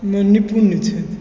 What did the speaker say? निपुण छथि